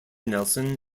nelson